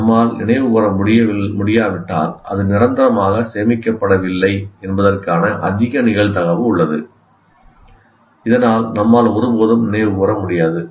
நம்மால் நினைவுகூர முடியாவிட்டால் அது நிரந்தரமாக சேமிக்கப்படவில்லை என்பதற்கான அதிக நிகழ்தகவு உள்ளது இதனால் நம்மால் ஒருபோதும் நினைவுகூர முடியாது